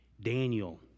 Daniel